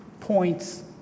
points